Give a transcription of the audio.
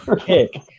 kick